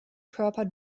körper